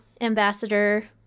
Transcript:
ambassador